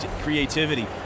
creativity